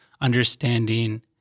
understanding